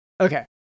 okay